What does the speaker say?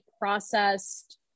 processed